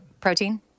protein